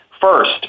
First